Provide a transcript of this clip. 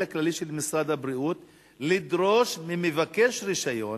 הכללי של משרד הבריאות לדרוש ממבקש רשיון